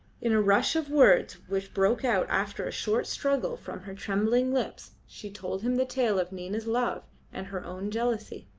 in a rush of words which broke out after a short struggle from her trembling lips she told him the tale of nina's love and her own jealousy.